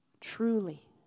truly